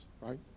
right